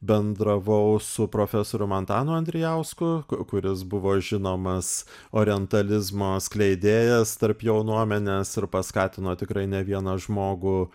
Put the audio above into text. bendravau su profesorium antanu andrijausku kuris buvo žinomas orientalizmo skleidėjas tarp jaunuomenės ir paskatino tikrai ne vieną žmogų